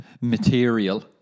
material